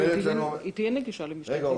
היא תהיה נגישה למשטרה.